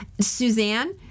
Suzanne